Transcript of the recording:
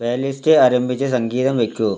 play list ആരംഭിച്ച് സംഗീതം വെക്കുക